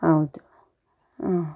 ಹೌದು ಹ್ಞೂ